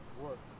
work